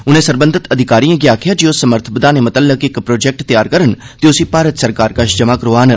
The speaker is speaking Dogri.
उनें सरबंघत अधिकारिएं गी आखेआ जे ओह् समर्थ बघाने मतल्लक इक प्रोजेक्ट तैयार करन ते उसी भारत सरकार कश जमा करोआन